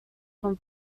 from